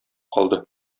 калды